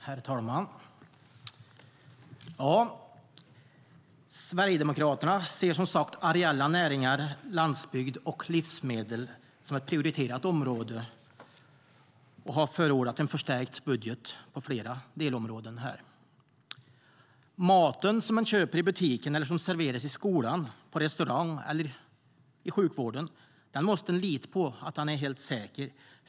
Herr talman! Sverigedemokraterna ser som sagt areella näringar, landsbygd och livsmedel som ett prioriterat område och har förordat en förstärkt budget på flera delområden. Maten som man köper i butiken eller som serveras i skolan, på restaurang eller i sjukvården - man måste kunna lita på att den är helt säker.